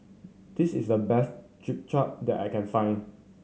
this is the best Japchae that I can find